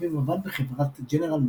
אביו עבד בחברת ג'נרל מוטורס.